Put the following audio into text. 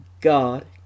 God